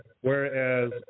whereas